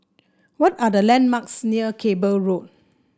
what are the landmarks near Cable Road